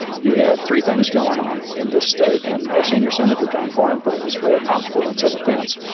you had three things going on in this state. and our senior senator, john cornyn, put it this way, a confluence of events.